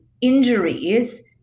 injuries